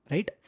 Right